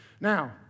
Now